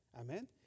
Amen